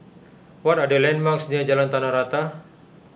what are the landmarks near Jalan Tanah Rata